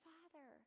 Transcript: Father